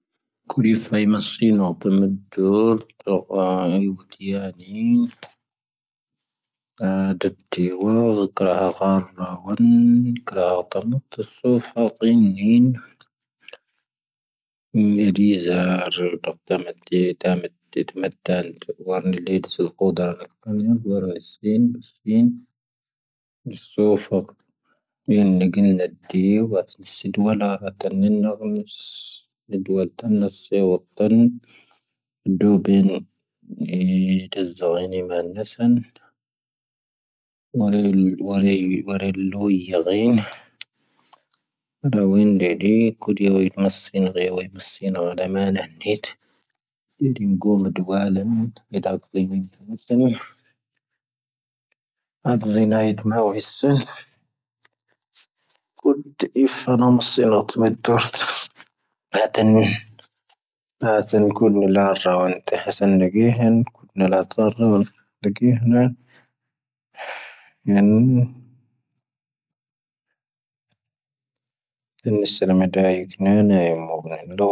ⵇⵓⵔⵉ ⴼⴰⵉⵎⴰⵙⵀⵉⵏⵓ ⴰⵜⵉⵎⴰⴷⵓⵔ ⵜoⴼⴰⴰ ⵢⵓⵀⴷⵉⵢⴰⴰⵏⵉⵏ. ⴰⴷⴰⵜ ⵜⴰⵡⴰⴷ, ⴽⵔⴻⵀⴰⵇⴰ ⵏⴰⵡⴰⵏ, ⴽⵔⴻⵀⴰⵇⴰ ⵏⵎⵓⴽⵜ,. ⵙⵓⴼⴰⴰⵇⵉⵏⵉⵏ. ⵎⵉⵔⵉⵣⴰ ⴰⵔⵊⵓⵔ, ⴷⴰⵎⴰⴷ ⵜⴰⵡⴰⴷ ⵜⴰⵡⴰⴷ ⵜⴰⵡⴰⴷ ⵜⴰⵡⴰⴷ ⵜⴰⵡⴰⴷ. ⵡⴰⵔⵏⵉⵍⵉⴷⵣ ⴰⵍ ⵇoⴷⴰⵔⴰ ⵏⴰⵍ ⴽⴰⵏⵢⴰⵏ, ⵡⴰⵔⴰⵡⵉⵙⵉⵏ, ⴱⴰⵙⵉⵏ. ⵙⵓⴼⴰⴰⵇⵉⵏⵉⵏ ⵏⴳⵉⵍ ⵏⴰⴷ ⵜⴰⵡⴰⴷ, ⵏⵙⵉⴷⵡⴰⵍⴰ ⴰⵔⴰⵜ ⵏⵉⵏⵏⴰ.